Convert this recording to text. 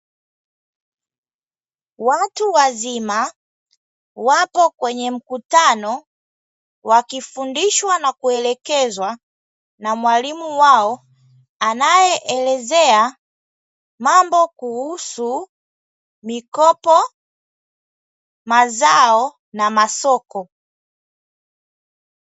Watu wazima wapo kwenye mkutano wakifundishwa na kuelekezwa na mwalimu wao, anayeelezea mambo kuhusu mikopo, mazao na masoko.